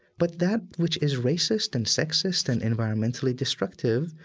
but that which is racist and sexist and environmentally destructive,